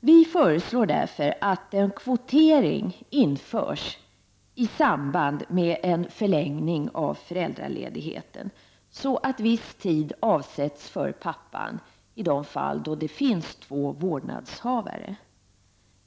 Vi föreslår därför att kvotering införs i samband med förlängning av föräldraledigheten, så att viss tid avsätts för pappan i de fall det finns två vårdnadshavare.